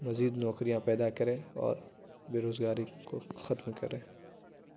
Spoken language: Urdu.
مزید نوکریاں پیدا کرے اور بے روزگاری کو ختم کرے